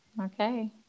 Okay